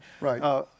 Right